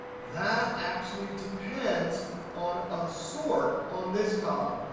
that actually depends on a sort on this column.